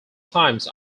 times